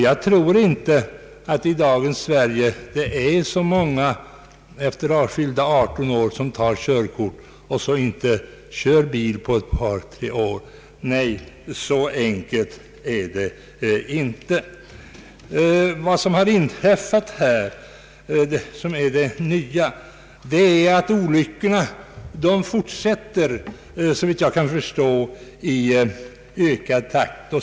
Jag tror inte att det i dagens Sverige finns så många personer som efter fyllda 18 år tar körkort men inte kör bil på ett par tre år. Nej, så enkelt är det inte. Vad som har inträffat och som är det nya är att olyckorna fortsätter, såvitt jag kan förstå, i ökad takt.